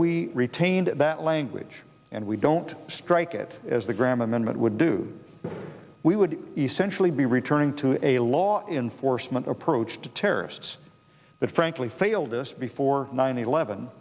we retained that language and we don't strike it as the graham amendment would do we would essentially be returning to a law enforcement approach to terrorists that frankly failed us before nine eleven